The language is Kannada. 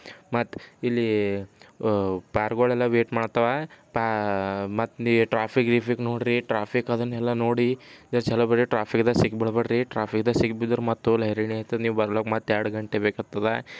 ಮತ್ತು ಇಲ್ಲಿ ಪಾರ್ಗೊಳೆಲ್ಲ ವೆಯ್ಟ್ ಮಾಡತ್ತವ ಪಾ ಮತ್ತು ನೀವು ಟ್ರಾಫಿಕ್ ಗ್ರಿಫಿಕ್ ನೋಡಿರಿ ಟ್ರಾಫಿಕ್ ಅದನ್ನೆಲ್ಲ ನೋಡಿ ಜರಾ ಛಲೋ ಬನ್ರಿ ಟ್ರಾಫಿಕ್ದಾಗ ಸಿಕ್ಬಿಡ್ಬೇಡ್ರಿ ಟ್ರಾಫಿಕ್ದಾಗ ಸಿಕ್ಕಿ ಬಿದ್ರೆ ಮತ್ತು ತೋಲ್ ಹೈರಾಣಿ ಆಯ್ತದೆ ನೀವು ಬರ್ಲಿಕ್ ಮತ್ತೆ ಎರಡು ಗಂಟೆ ಬೇಕಾಗ್ತದೆ